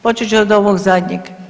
Počet ću od ovog zadnjeg.